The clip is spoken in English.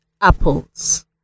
apples